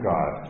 God